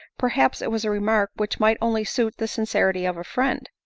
perhaps it was a remark which might only suit the sincerity of a friend.